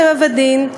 טבע ודין",